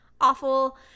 awful